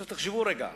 תחשבו רגע,